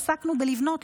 עסקנו בלבנות,